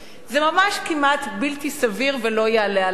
זה ממש כמעט בלתי סביר ולא יעלה על הדעת.